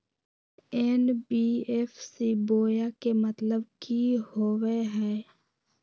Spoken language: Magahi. एन.बी.एफ.सी बोया के मतलब कि होवे हय?